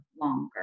longer